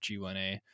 G1A